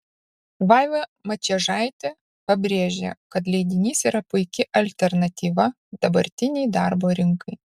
vaiva mačiežaitė pabrėžė kad leidinys yra puiki alternatyva dabartinei darbo rinkai